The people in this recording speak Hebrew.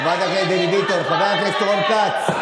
חברת הכנסת דבי ביטון, חבר הכנסת רון כץ.